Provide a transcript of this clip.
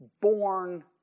born